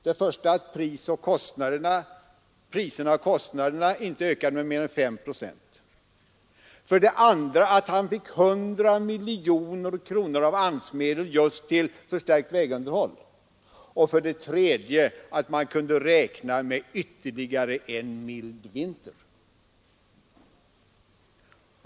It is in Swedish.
Den första förutsättningen var att priserna och kostnaderna inte ökade med mer än 5 procent, den andra att han fick 100 miljoner kronor av AMS-medel just till vägunderhåll och den tredje att man kunde räkna med ytterligare en mild vinter.